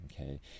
okay